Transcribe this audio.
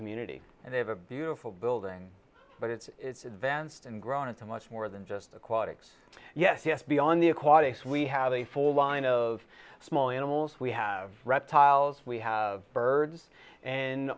community and they have a beautiful building but it's advanced and grown and so much more than just aquatics yes yes beyond the aquatics we have a full line of small animals we have reptiles we have birds and